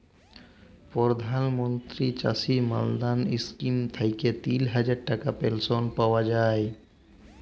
পরধাল মলত্রি চাষী মাল্ধাল ইস্কিম থ্যাইকে তিল হাজার টাকার পেলশল পাউয়া যায়